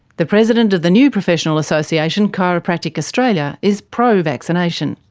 the president of the new professional association, chiropractic australia, is pro-vaccination.